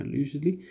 usually